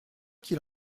qu’il